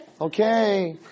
okay